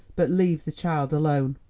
but leave the child alone.